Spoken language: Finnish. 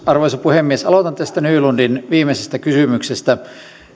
arvoisa puhemies aloitan tästä nylundin viimeisestä kysymyksestä